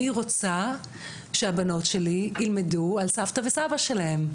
אני רוצה שהבנות שלי ילמדו על סבתא וסבא שלהם,